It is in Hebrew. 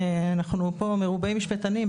ואנחנו פה מרובי משפטנים,